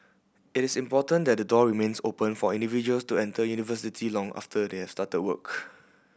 it is important that the door remains open for individuals to enter university long after they have started work